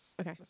Okay